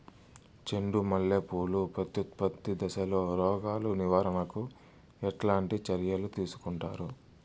చెండు మల్లె పూలు ప్రత్యుత్పత్తి దశలో రోగాలు నివారణకు ఎట్లాంటి చర్యలు తీసుకుంటారు?